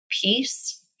peace